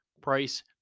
price